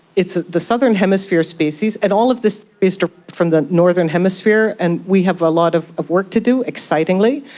it's the southern hemisphere species, and all of this is based from the northern hemisphere and we have a lot of of work to do, excitingly,